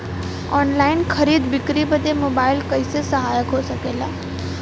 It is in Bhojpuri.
ऑनलाइन खरीद बिक्री बदे मोबाइल कइसे सहायक हो सकेला?